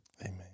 Amen